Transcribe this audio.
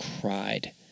cried